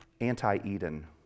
anti-Eden